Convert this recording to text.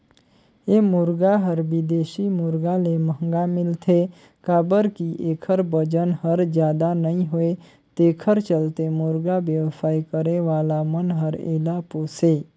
ए मुरगा हर बिदेशी मुरगा ले महंगा मिलथे काबर कि एखर बजन हर जादा नई होये तेखर चलते मुरगा बेवसाय करे वाला मन हर एला पोसे